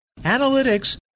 analytics